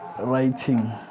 writing